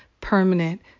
permanent